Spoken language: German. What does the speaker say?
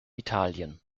italien